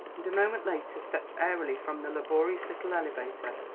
and a moment later stepped airily from the laborious little elevator.